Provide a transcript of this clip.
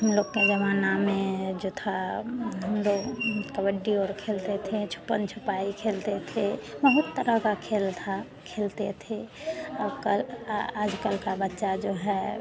हम लोग का ज़माने में यह जो था हम लोग कबड्डी और खेलते थे छुपम छुपाई खेलते थे बहुत तरह का खेल था खेलते थे और कल आज कल का बच्चा जो है